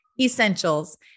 essentials